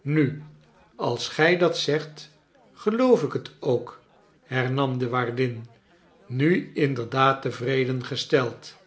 nu als gij dat zegt geloof ik het ook hernam de waardin nu inderdaad tevreden gesteld